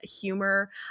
humor